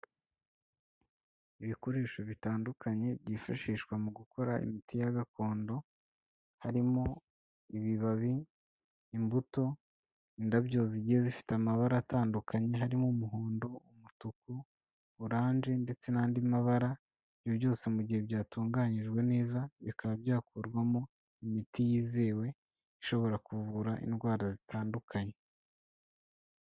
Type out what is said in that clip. Ibikoresho bitandukanye byifashishwa mu gukora imiti ya gakondo, harimo ibibabi, imbuto, indabyo zigiye zifite amabara atandukanye harimo umuhondo, umutuku, oranji ndetse n'andi mabara, ibi byose mu gihe byatunganyijwe neza bikaba byakurwamo imiti yizewe ishobora kuvura indwara zitandukanye.